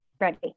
Ready